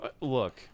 Look